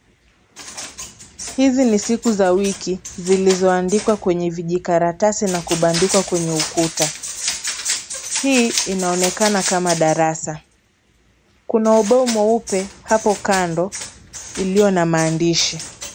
Hizi ni siku za wiki zilizoandikwa kwenye vijikaratasi na kubandikwa kwenye ukuta. Hii inaonekana kama darasa, kuna ubao mweupe hapo kando ulio na maandishi.